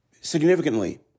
significantly